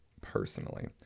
personally